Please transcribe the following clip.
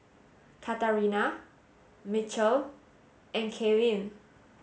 Katarina Mitchel and Kaylynn